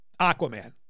Aquaman